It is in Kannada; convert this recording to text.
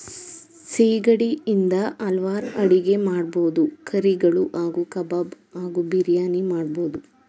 ಸಿಗಡಿ ಇಂದ ಹಲ್ವಾರ್ ಅಡಿಗೆ ಮಾಡ್ಬೋದು ಕರಿಗಳು ಹಾಗೂ ಕಬಾಬ್ ಹಾಗೂ ಬಿರಿಯಾನಿ ಮಾಡ್ಬೋದು